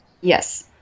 Yes